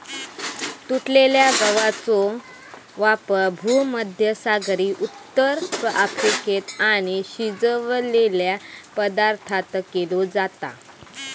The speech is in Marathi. तुटलेल्या गवाचो वापर भुमध्यसागरी उत्तर अफ्रिकेत आणि शिजवलेल्या पदार्थांत केलो जाता